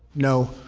no.